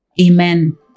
Amen